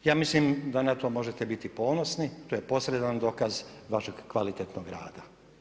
Ja mislim da na to možete biti ponosni, to je posredan dokaz vašeg kvalitetnog rada.